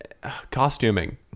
Costuming